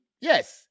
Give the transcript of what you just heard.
yes